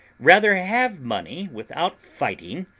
rather have money without fighting,